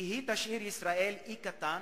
כי הם ישאירו את ישראל אי קטן